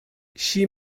she